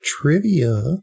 trivia